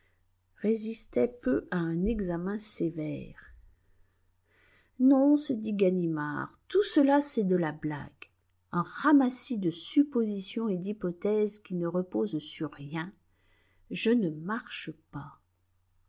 résistait peu à un examen sévère non se dit ganimard tout cela c'est de la blague un ramassis de suppositions et d'hypothèses qui ne repose sur rien je ne marche pas